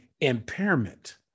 impairment